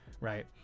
right